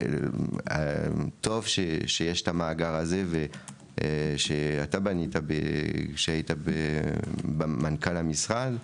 טוב שיש את המאגר הזה ואתה בנית שהיית מנכ"ל המשרד,